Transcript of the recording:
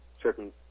certain